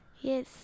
Yes